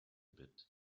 bit